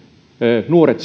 nuoret